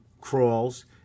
crawls